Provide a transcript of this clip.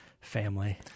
family